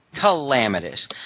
Calamitous